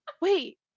wait